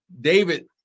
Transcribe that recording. David